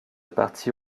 partie